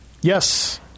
Yes